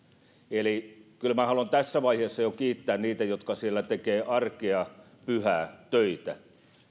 eli kyllä minä haluan tässä vaiheessa jo kiittää niitä jotka siellä tekevät arkea pyhää töitä